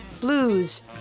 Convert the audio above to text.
blues